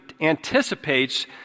anticipates